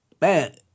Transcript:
man